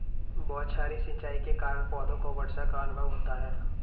बौछारी सिंचाई के कारण पौधों को वर्षा का अनुभव होता है